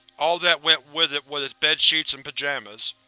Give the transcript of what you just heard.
all that went with it was its bed sheets and pajamas.